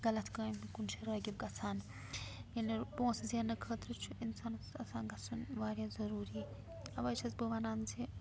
غلَط کامہِ کُن چھِ رٲغِب گژھان ییٚلہِ پونٛسہٕ زٮ۪نہٕ خٲطرٕ چھُ اِنسانَس آسان گژھُن واریاہ ضُروٗری اَوَے چھَس بہٕ وَنان زِ